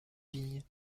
vignes